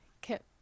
Kip